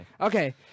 Okay